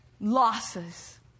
losses